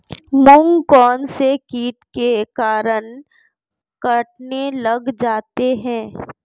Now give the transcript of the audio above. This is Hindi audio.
मूंग कौनसे कीट के कारण कटने लग जाते हैं?